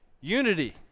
Unity